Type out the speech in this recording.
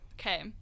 Okay